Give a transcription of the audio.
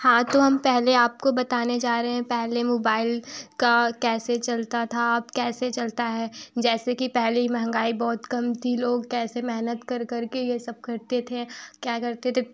हाँ तो हम पहले आपको बताने जा रहे हैं पहले मोबाइल का कैसे चलता था अब कैसे चलता है जैसे कि पहले महँगाई बहुत थी लोग कैसे मेहनत कर कर के यह सब करते थे क्या करते थे